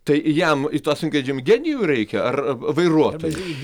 tai jam į tą sunkvežimį genijų reikia ar vairuotojų